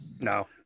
No